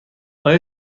آیا